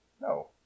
No